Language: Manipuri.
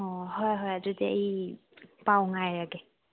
ꯑꯣ ꯍꯣꯏ ꯍꯣꯏ ꯑꯗꯨꯗꯤ ꯑꯩ ꯄꯥꯎ ꯉꯥꯏꯔꯒꯦ